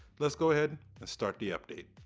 let's go ahead and start the update.